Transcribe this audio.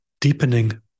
deepening